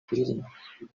kuririmba